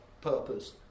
purpose